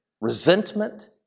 resentment